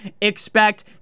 expect